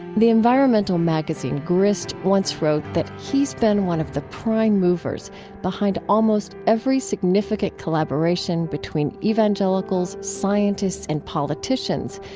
the environmental magazine grist once wrote that he's been one of the prime movers behind almost every significant collaboration between evangelicals, scientists, and politicians,